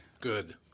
Good